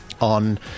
on